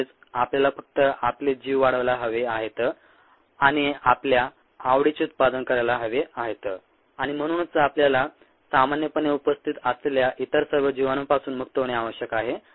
म्हणजेच आपल्याला फक्त आपले जीव वाढायला हवे आहेत आणि आपल्या आवडीचे उत्पादन करायला हवे आहेत आणि म्हणूनच आपल्याला सामान्यपणे उपस्थित असलेल्या इतर सर्व जीवाणूंपासून मुक्त होणे आवश्यक आहे